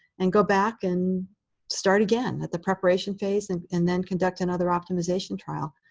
and go back and start again at the preparation phase and and then conduct another optimization trial.